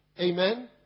Amen